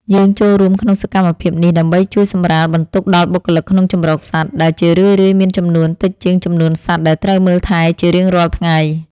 យើងចូលរួមក្នុងសកម្មភាពនេះដើម្បីជួយសម្រាលបន្ទុកដល់បុគ្គលិកក្នុងជម្រកសត្វ ដែលជារឿយៗមានចំនួនតិចជាងចំនួនសត្វដែលត្រូវមើលថែជារៀងរាល់ថ្ងៃ។